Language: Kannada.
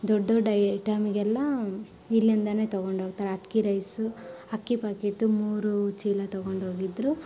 ದೊಡ್ಡ ದೊಡ್ಡ ಐಟಮ್ಗೆಲ್ಲ ಇಲ್ಲಿಂದಲೇ ತೊಗೊಂಡು ಹೋಗ್ತಾರೆ ಅಕ್ಕಿ ರೈಸು ಅಕ್ಕಿ ಪಾಕೀಟು ಮೂರು ಚೀಲ ತೊಗೊಂಡು ಹೋಗಿದ್ರು